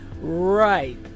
right